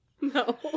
No